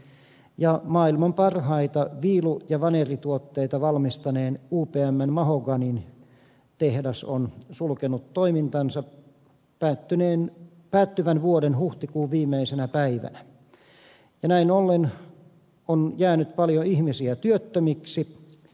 ja maailman parhaita viilu ja vanerituotteita valmistaneen upmn mahoganyn tehdas on sulkenut toimintansa päättyvän vuoden huhtikuun viimeisenä päivänä ja näin ollen on jäänyt paljon ihmisiä työttömiksi